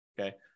okay